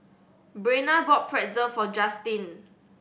Brenna bought Pretzel for Justine